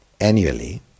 annually